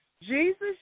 Jesus